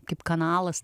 kaip kanalas